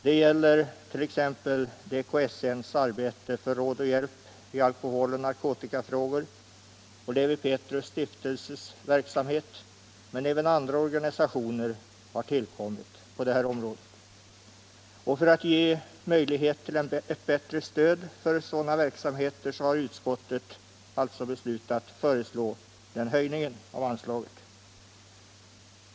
Det gäller DKSN:s arbete för råd och hjälp i alkohol och narkotikafrågor och verksamheten inom Lewi Pethrus stiftelse för filantropisk verksamhet. Men iäven andra organisationer har tillkommit, och för att ge möjlighet till ett bättre stöd för sådana verksamheter har utskottet alltså beslutat alt föreslå denna höjning av anslaget.